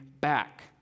back